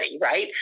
right